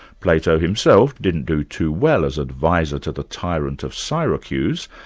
plato himself didn't do too well as adviser to the tyrant of syracuse,